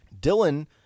Dylan